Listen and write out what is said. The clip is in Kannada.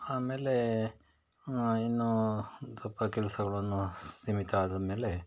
ಆಮೇಲೇ ಇನ್ನೂ ಒಂದು ಸ್ವಲ್ಪ ಕೆಲಸಗಳನ್ನು ಸೀಮಿತ ಆದ ಮೇಲೆ